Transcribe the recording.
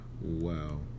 Wow